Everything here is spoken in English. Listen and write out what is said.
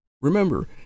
Remember